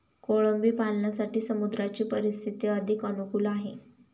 कोळंबी पालनासाठी समुद्राची परिस्थिती अधिक अनुकूल आहे